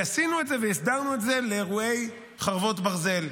ועשינו את זה והסדרנו את זה לאירועי חרבות ברזל.